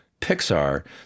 Pixar